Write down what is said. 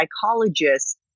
psychologists